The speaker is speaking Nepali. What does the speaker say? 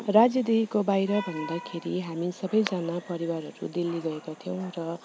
राज्यदेखिको बाहिर भन्दाखेरि हामी सबैजना परिवारहरू दिल्ली गएका थियौँ र